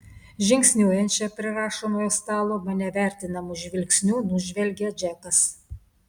žingsniuojančią prie rašomojo stalo mane vertinamu žvilgsniu nužvelgia džekas